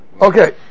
Okay